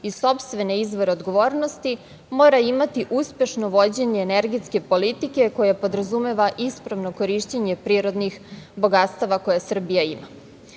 i sopstvene izvore odgovornosti, mora imati uspešno vođenje energetske politike koja podrazumeva ispravno korišćenje prirodnih bogatstava koje Srbija